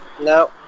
No